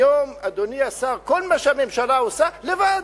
היום, אדוני השר, כל מה שהממשלה עושה, לבד.